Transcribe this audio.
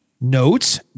notes